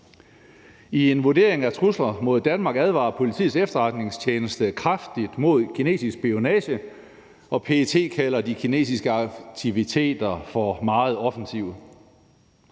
I en vurdering af trusler mod Danmark advarer Politiets Efterretningstjeneste kraftigt mod kinesisk spionage, og PET kalder de kinesiske aktiviteter for meget offensive.